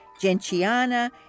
gentiana